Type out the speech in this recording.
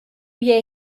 hier